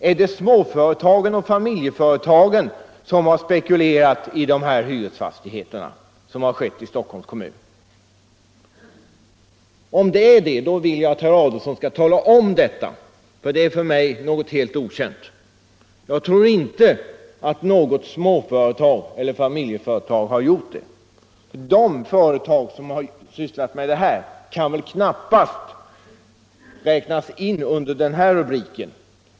Är det småföretagen och familjeföretagen som har spekulerat i dessa hyresfastigheter i Stockholms kommun? Om det är så, vill jag att herr Adolfsson skall tala om detta, för det är för mig något helt okänt. Jag tror inte att något småföretag eller familjeföretag har gjort det. De företag som har sysslat med detta kan väl knappast räknas in under denna rubrik.